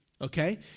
okay